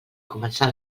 començar